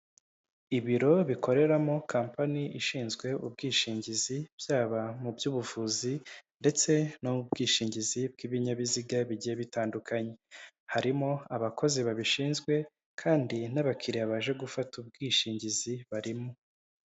Ibiro bikoreramo kampani ishinzwe ubwishingizi, byaba mu by' ubuvuzi ndetse no mu bwishingizi bw'ibinyabiziga bigiye bitandukanye. Harimo abakozi babishinzwe kandi n'abakiriya baje gufata ubwishingizi barimo.